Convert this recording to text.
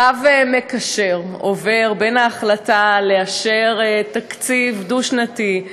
קו מקשר עובר בין ההחלטה לאשר תקציב דו-שנתי,